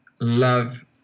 love